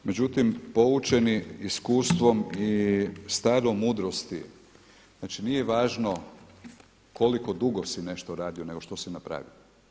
Međutim, poučeni iskustvom i starom mudrosti, znači nije važno koliko dugo si nešto radio nego što si napravio.